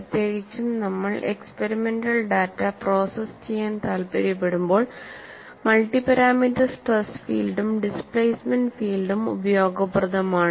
പ്രത്യേകിച്ചും നിങ്ങൾ experimental data process ചെയ്യാൻ താൽപ്പര്യപ്പെടുമ്പോൾ മൾട്ടി പാരാമീറ്റർ സ്ട്രെസ് ഫീൽഡും ഡിസ്പ്ലേസ്മെൻറ് ഫീൽഡും ഉപയോഗപ്രദമാണ്